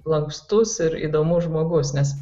lankstus ir įdomus žmogus nes